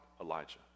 Elijah